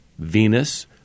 Venus